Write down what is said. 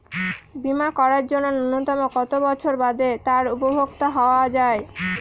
বীমা করার জন্য ন্যুনতম কত বছর বাদে তার উপভোক্তা হওয়া য়ায়?